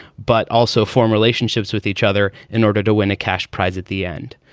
but also form relationships with each other in order to win a cash prize at the end.